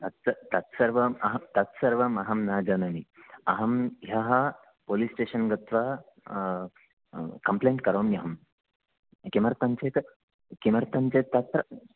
तत् तत्सर्वम् अहं तत्सर्वम् अहं न जानामि अहं ह्यः पोलिस् स्टेशन् गत्वा कम्प्लेण्ट् करोम्यहम् किमर्थं चेत् किमर्थं चेत् तत्र